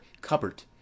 cupboard